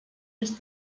més